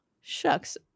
Shucks